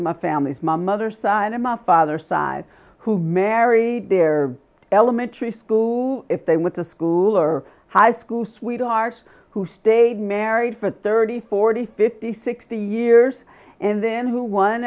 of my family's my mother's son and my father's side who married their elementary school who if they went to school or high school sweethearts who stayed married for thirty forty fifty sixty years and then who on